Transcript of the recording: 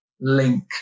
link